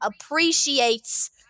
appreciates